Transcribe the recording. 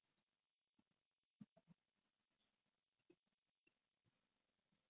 அந்த மாதிரி ஆய்டுச்சு:antha maathiri ayiduchu so I never got to go actual overseas trip through school